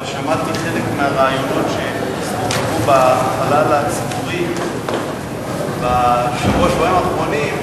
אבל שמעתי חלק מהרעיונות שהסתובבו בחלל הציבורי בשבוע-שבועיים האחרונים,